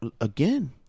again